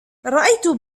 رأيت